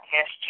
Yes